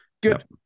good